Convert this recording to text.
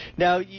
Now